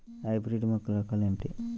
Hybrid మొక్కల రకాలు ఏమిటి?